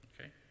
Okay